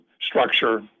structure